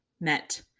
met